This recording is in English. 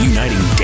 Uniting